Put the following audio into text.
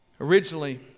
Originally